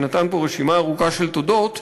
שנתן פה רשימה ארוכה של תודות,